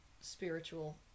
spiritual